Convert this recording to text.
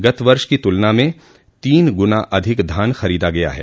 गत वर्ष की तुलना में तीन गुना अधिक धान खरीदा गया है